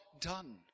done